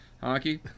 Hockey